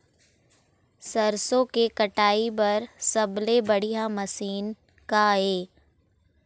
सरसों के कटाई बर सबले बढ़िया मशीन का ये?